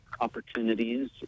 opportunities